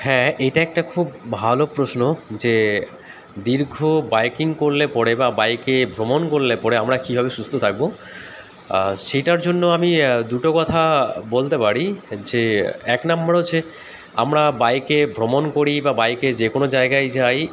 হ্যাঁ এটা একটা খুব ভালো প্রশ্ন যে দীর্ঘ বাইকিং করলে পরে বা বাইকে ভ্রমণ করলে পরে আমরা কীভাবে সুস্থ থাকব সেটার জন্য আমি দুটো কথা বলতে পারি যে এক নম্বর হচ্ছে আমরা বাইকে ভ্রমণ করি বা বাইকে যে কোনো জায়গায় যাই